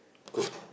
coke